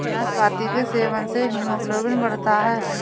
नाशपाती के सेवन से हीमोग्लोबिन बढ़ता है